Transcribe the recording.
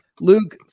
Luke